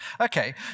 Okay